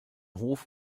hof